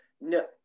no